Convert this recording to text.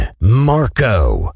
Marco